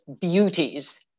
beauties